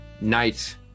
night